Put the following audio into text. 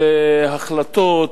של החלטות,